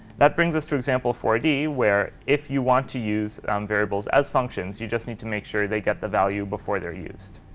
that brings us to example four d, where if you want to use variables as functions, you just need to make sure they get the value before they're used.